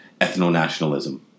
ethno-nationalism